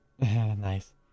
nice